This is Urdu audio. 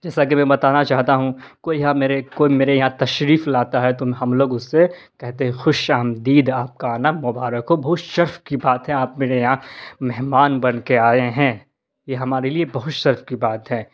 جیسا کہ میں بتانا چاہتا ہوں کوئی ہاں میرے کوئی میرے یہاں تشریف لاتا ہے تو ہم لوگ اس سے کہتے ہیں خوش آمدید آپ کا آنا مبارک ہو بہت شرف کی بات ہے آپ میرے یہاں مہمان بن کے آئے ہیں یہ ہمارے لیے بہت شرف کی بات ہے